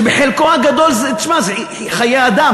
שבחלקו הגדול, שמע, זה חיי אדם.